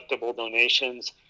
donations